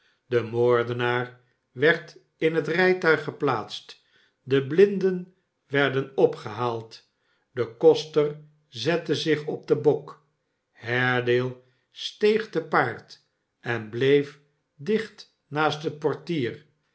de moordenaar werd in het rijtuig geplaatst de blinden werden opgehaald de koster zette zich op den bok haredale steeg te paard en bleef dicht naast het portier